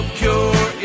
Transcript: cure